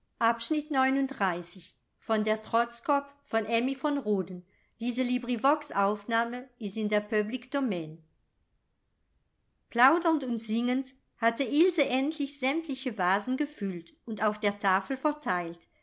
dazu plaudernd und singend hatte ilse endlich sämtliche vasen gefüllt und auf der tafel verteilt